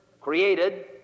created